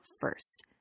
first